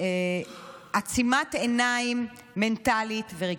כעצימת עיניים מנטלית ורגשית.